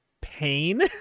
pain